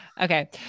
okay